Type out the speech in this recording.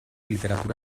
literatura